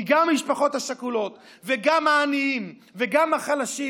כי גם המשפחות השכולות וגם העניים וגם החלשים